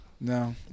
no